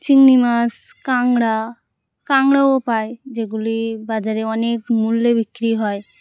চিংড়ি মাছ কাঁকড়া কাঁকড়াও পায় যেগুলি বাজারে অনেক মূল্যে বিক্রি হয়